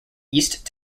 east